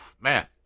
man